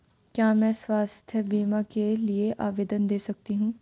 क्या मैं स्वास्थ्य बीमा के लिए आवेदन दे सकती हूँ?